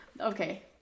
Okay